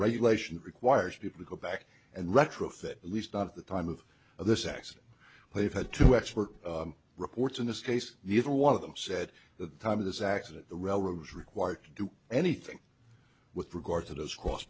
regulation requires people to go back and retrofit at least not at the time of this accident they've had to expert reports in this case even one of them said the time of this accident the railroad was required to do anything with regard to those cross